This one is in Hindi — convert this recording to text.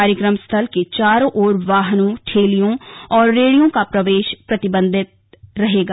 कार्यक्रम स्थल के चारों ओर वाहनों ठेलियों और रेड़ियों का प्रवेश प्रतिबंधित रहेगा